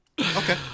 Okay